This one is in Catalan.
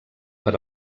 per